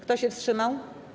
Kto się wstrzymał?